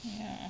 ya